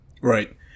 Right